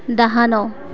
ଡାହାଣ